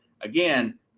again